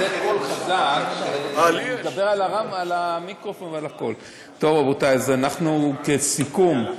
טוב, רבותי, אז אנחנו כסיכום,